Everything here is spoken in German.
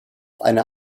einer